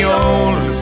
old